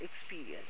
experience